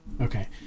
okay